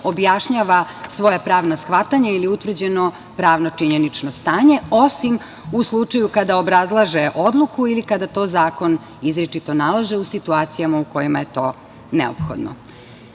objašnjava svoja pravna shvatanja ili utvrđeno pravno-činjenično stanje, osim u slučaju kada obrazlaže odluku ili kada to zakon izričito nalaže u situacijama u kojima je to neophodno. Napred